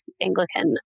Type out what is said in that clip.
Anglican